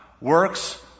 works